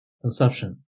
consumption